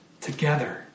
together